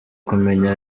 kumenya